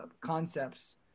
concepts